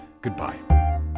goodbye